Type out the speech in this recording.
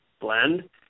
Blend